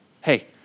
Hey